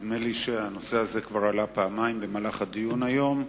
נדמה לי שהנושא הזה עלה כבר פעמיים בדיון היום,